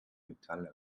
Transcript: metalle